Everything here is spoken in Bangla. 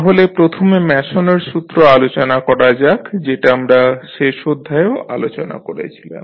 তাহলে প্রথমে ম্যাসনের সূত্র আলোচনা করা যাক যেটা আমরা শেষ অধ্যায়েও আলোচনা করছিলাম